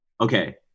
Okay